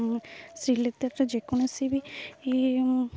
ଶ୍ରୀଲେଦର୍ ଯେକୌଣସି ବି